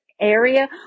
area